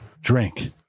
drink